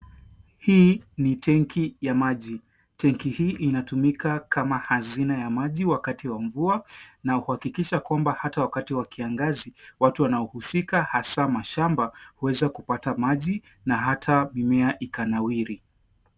Hii ni tengi ya maji. Tengi hii inatumika kama hazina ya maji wakati wa mvua na kuhakikisha kwamba hata wakati wa kiangazi watu wanahusika hasa mashamba kuweza kupata maji na hata mimea ikanawiri.